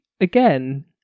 again